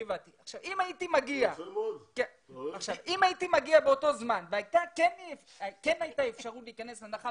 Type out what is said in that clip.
הייתי מגיע באותו זמן והייתה אפשרות להיכנס לנח"ל